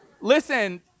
listen